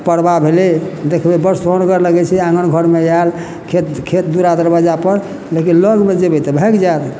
परवा भेलै देखबै बड सोहनगर लगै छै आङ्गन घरमे आयल खेत खेत दुरा दरवज्जा पर लेकिन लगमे जेबै तऽ भागि जाएत